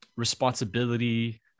responsibility